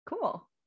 Cool